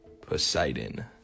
Poseidon